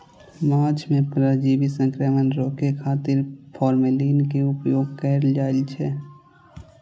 माछ मे परजीवी संक्रमण रोकै खातिर फॉर्मेलिन के उपयोग कैल जाइ छै